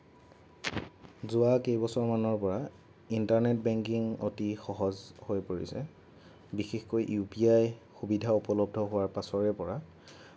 যোৱা কেইবছৰমানৰ পৰা ইণ্টাৰনেট বেংকিং অতি সহজ হৈ পৰিছে বিশেষকৈ ইউ পি আই সুবিধা উপলব্ধ হোৱাৰ পাছৰে পৰা